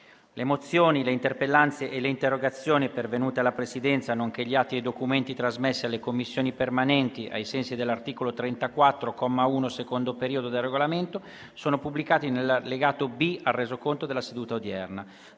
Le mozioni, le interpellanze e le interrogazioni pervenute alla Presidenza, nonché gli atti e i documenti trasmessi alle Commissioni permanenti ai sensi dell'articolo 34, comma 1, secondo periodo, del Regolamento sono pubblicati nell'allegato B al Resoconto della seduta odierna.